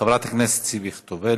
חברת הכנסת ציפי חוטובלי,